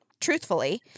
truthfully